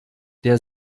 der